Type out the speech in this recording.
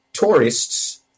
Tourists